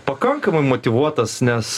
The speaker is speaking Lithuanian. pakankamai motyvuotas nes